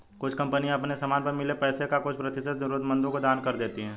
कुछ कंपनियां अपने समान पर मिले पैसे का कुछ प्रतिशत जरूरतमंदों को दान कर देती हैं